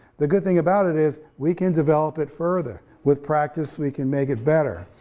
the good thing about it is we can develop it further. with practice, we can make it better.